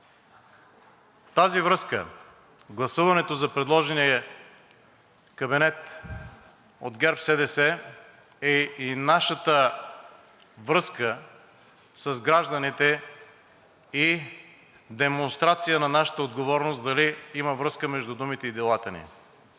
тази връзка, гласуването за предложения кабинет от ГЕРБ-СДС е и нашата връзка с гражданите и демонстрация на нашата отговорност дали има връзка между думите и делата ни.